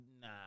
Nah